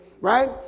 right